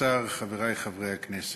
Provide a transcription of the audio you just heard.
ואף אחד לא עמד עליו.